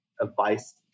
advice